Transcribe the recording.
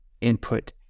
input